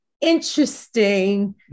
interesting